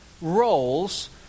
roles